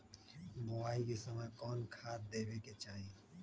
बोआई के समय कौन खाद देवे के चाही?